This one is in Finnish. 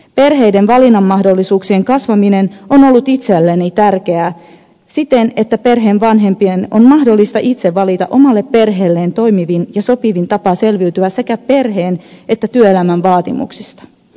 perheiden valinnanmahdollisuuksien kasvaminen on ollut itselleni tärkeää siten että perheen vanhempien on mahdollista itse valita omalle perheelleen toimivin ja sopivin tapa selviytyä sekä perheen että työelämän vaatimuksista